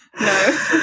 no